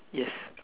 yes